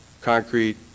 concrete